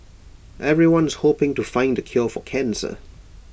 everyone's hoping to find the cure for cancer